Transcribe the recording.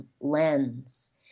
lens